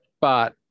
But-